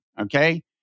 okay